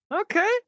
Okay